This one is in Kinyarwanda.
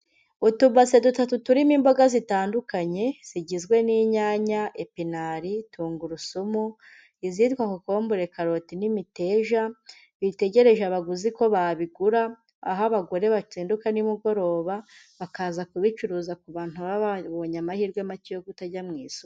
Utubase dutatu turimo imboga zitandukanye, zigizwe n'inyanya, epenali, tungurusumu, izitwa cocombure, karoti, n'imiteja, bitegereje abaguzi ko babigura. Aho abagore bakenduka n'imugoroba, bakaza kubicuruza ku bantu baba babonye amahirwe make yo kutajya mu isoko.